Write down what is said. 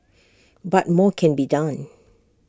but more can be done